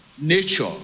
Nature